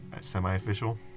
semi-official